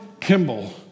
Kimball